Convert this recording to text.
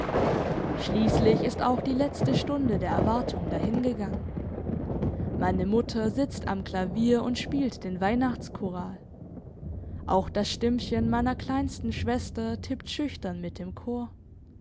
schliesslich ist auch die letzte stunde der erwartung dahingegangen meine mutter sitzt am klavier und spielt den weihnachtschoral auch das stimmchen meiner kleinsten schwester tippt schüchtern mit im chor